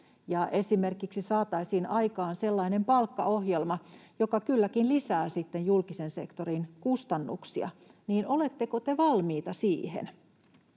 esimerkiksi saataisiin aikaan sellainen palkkaohjelma, joka kylläkin lisää sitten julkisen sektorin kustannuksia, oletteko te valmiita siihen?